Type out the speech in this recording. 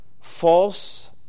False